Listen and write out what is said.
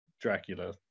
dracula